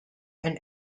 and